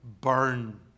burn